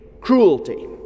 cruelty